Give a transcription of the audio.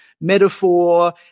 metaphor